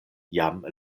jam